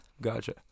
gotcha